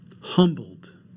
Humbled